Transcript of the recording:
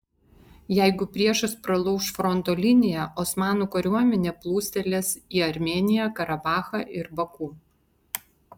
jeigu priešas pralauš fronto liniją osmanų kariuomenė plūstelės į armėniją karabachą ir baku